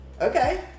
Okay